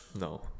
no